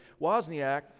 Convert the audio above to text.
Wozniak